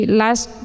last